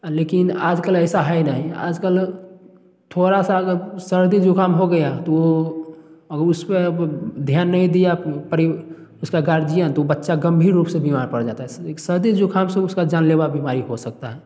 लेकिन आजकल ऐसा है नहीं आजकल थोड़ा सा अगर सर्दी जुकाम हो गया तो उस पर ध्यान नहीं दिया उसका गार्जियन तो वो बच्चा गंभीर रूप से बीमार पड़ जाता है सर्दी जुखाम से उसका जानलेवा बीमारी हो सकता है